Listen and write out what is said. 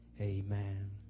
Amen